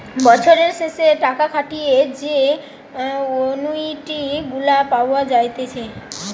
বছরের শেষে টাকা খাটিয়ে যে অনুইটি গুলা পাওয়া যাইতেছে